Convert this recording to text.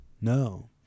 no